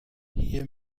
hier